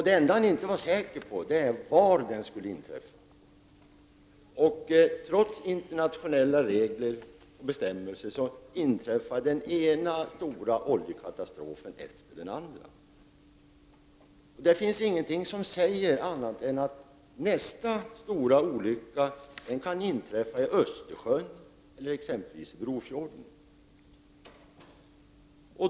Det enda som han inte var säker på var var den kommer att inträffa. Trots internationella regler och bestämmelser inträffar den ena stora oljekatastrofen efter den andra. Det finns ingenting som säger annat än att nästa stora olycka kan inträffa i t.ex. Östersjön eller Brofjorden.